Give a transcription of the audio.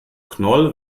knoll